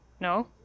No